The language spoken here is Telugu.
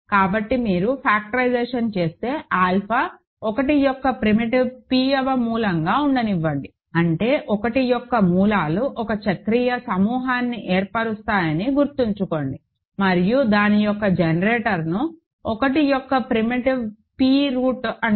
కాబట్టి మీరు ఫాక్టరైజేషన్ చేస్తే ఆల్ఫా 1 యొక్క ప్రిమిటివ్ p వ మూలంగా ఉండనివ్వండి అంటే 1 యొక్క మూలాలు ఒక చక్రీయ సమూహాన్ని ఏర్పరుస్తాయని గుర్తుంచుకోండి మరియు దాని యొక్క జనరేటర్ను 1 యొక్క ప్రిమిటివ్ p th రూట్ అంటారు